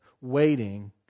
waiting